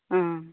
ആ